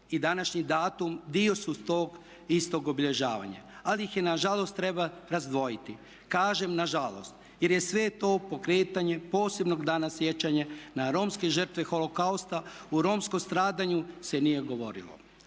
i današnji datum dio su tog istog obilježavanja ali ih nažalost treba razdvojiti. Kažem nažalost jer je sve to pokretanje posebno dana sjećanja na romske žrtve holokausta, o romskom stradanju se nije govorilo.